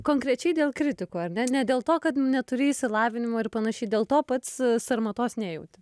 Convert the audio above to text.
konkrečiai dėl kritikų ar ne ne dėl to kad neturi išsilavinimo ir panašiai dėl to pats sarmatos nejauti